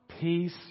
peace